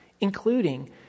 including